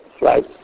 right